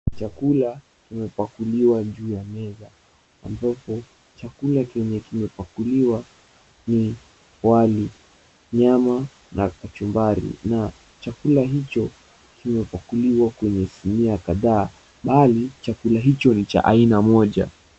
Chakula kimepakuliwa juu ya meza. Ambapo chakula chenye kimepakuliwa ni wali, nyama na kachumbari. Na chakula hicho kimepakuliwa kwenye sinia kadhaa, bali chakula hicho ni cha aina moja.